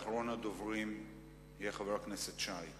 אחרון הדוברים יהיה חבר הכנסת שי.